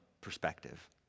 perspective